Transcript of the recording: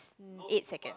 eight seconds